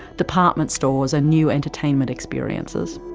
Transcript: department stores and new entertainment experiences.